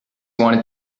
wanted